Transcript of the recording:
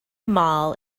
mall